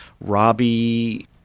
Robbie